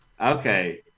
Okay